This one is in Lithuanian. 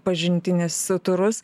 pažintinius turus